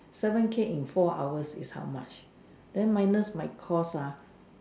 seven cake in four hours is how much then minus my cost ah